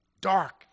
dark